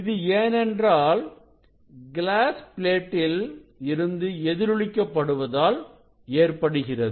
இது ஏனென்றால் கிளாஸ் பிளாட்டில் இருந்து எதிரொலிக்க படுவதால் ஏற்படுகிறது